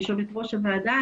ליושבת ראש הוועדה.